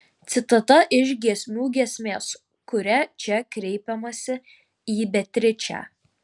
citata iš giesmių giesmės kuria čia kreipiamasi į beatričę